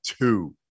two